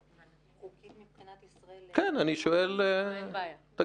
אין בעיה.